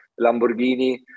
Lamborghini